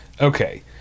okay